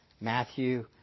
Matthew